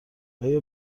آیا